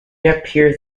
appears